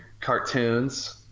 cartoons